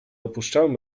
opuszczałem